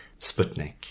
Sputnik